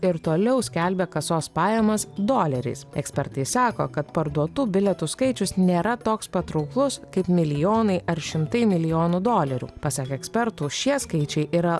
ir toliau skelbia kasos pajamas doleriais ekspertai sako kad parduotų bilietų skaičius nėra toks patrauklus kaip milijonai ar šimtai milijonų dolerių pasak ekspertų šie skaičiai yra